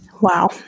Wow